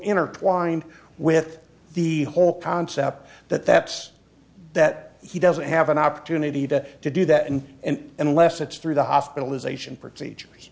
intertwined with the whole concept that that's that he doesn't have an opportunity to to do that and and unless it's through the hospitalization procedures